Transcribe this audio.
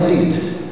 בנייה פרטית,